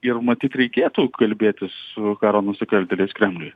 ir matyt reikėtų kalbėtis su karo nusikaltėliais kremliuj